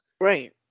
Right